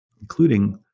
including